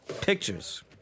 pictures